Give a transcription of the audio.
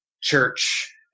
church